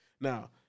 Now